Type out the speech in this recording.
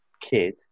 kid